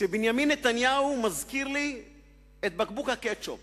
שבנימין נתניהו מזכיר לי את בקבוק הקטשופ